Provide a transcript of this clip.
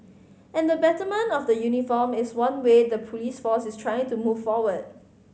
and the betterment of the uniform is one way the police force is trying to move forward